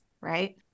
right